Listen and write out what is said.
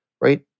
right